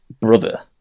brother